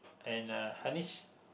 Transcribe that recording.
and uh Harnish